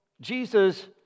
Jesus